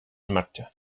marcha